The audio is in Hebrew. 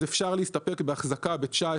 אפשר יהיה להסתפק בהחזקה של הוא לא אמר